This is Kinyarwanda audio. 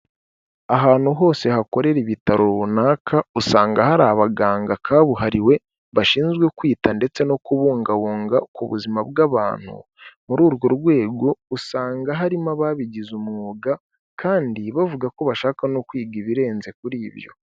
Ahantu hose hakorera ibitaro runaka, usanga hari abaganga kabuhariwe bashinzwe kwita ndetse no kubungabunga ku buzima bw'abantu, muri urwo rwego usanga harimo ababigize umwuga kandi bavuga ko bashaka no kwiga ibirenze kuri ibyo.